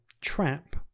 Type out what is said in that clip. trap